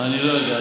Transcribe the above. אני לא יודע.